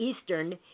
Eastern